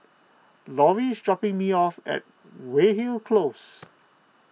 Lorrie is dropping me off at Weyhill Close